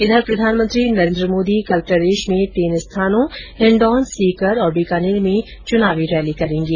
इधर प्रधानमंत्री नरेन्द्र मोदी कल प्रदेश में तीन स्थानों हिण्डौन सीकर और बीकानेर में च्नाव प्रचार करेंगे